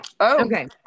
Okay